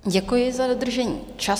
Děkuji za dodržení času.